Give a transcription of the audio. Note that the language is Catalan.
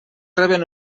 reben